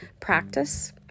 practice